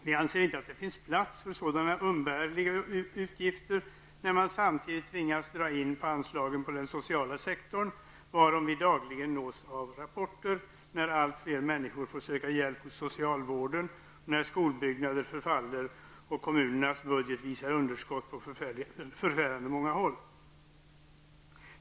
Vi anser att det inte finns plats för sådana umbärliga utgifter, när man samtidigt tvingas att dra in på anslagen på den sociala sektorn, varom vi nås av dagliga rapporter -- allt fler människor måste söka hjäp på socialvården, skolbyggnader förfaller och kommunernas budgetar visar underskott på förfärande många håll.